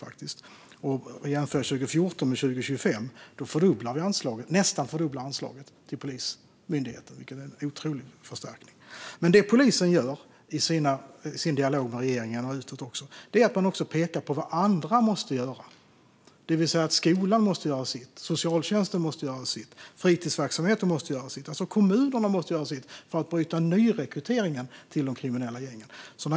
Om man jämför 2014 med 2025 ser man att vi nästan fördubblar anslaget till Polismyndigheten, vilket är en otrolig förstärkning. Men det polisen gör i sin dialog med regeringen, och även utåt, är att man också pekar på vad andra måste göra. Skolan, socialtjänsten och fritidsverksamheten måste göra sitt. Kommunerna måste göra sitt för att bryta nyrekryteringen till de kriminella gängen.